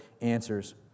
answers